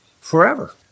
forever